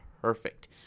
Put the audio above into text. perfect